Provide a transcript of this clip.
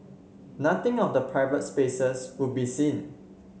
nothing of the private spaces would be seen